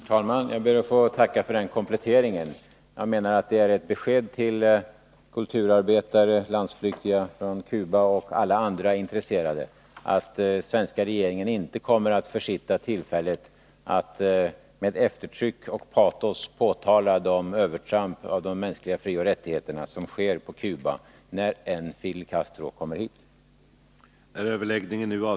Herr talman! Jag ber att få tacka för den kompletteringen. Jag menar att det är ett besked till landsflyktiga kulturarbetare från Cuba och alla andra intresserade att den svenska regeringen inte kommer att försitta tillfället att med eftertryck och patos påtala de övertramp när det gäller de mänskliga frioch rättigheterna som sker på Cuba — när än Fidel Castro kommer hit. att stödja kulturar